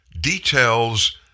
details